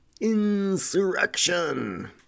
insurrection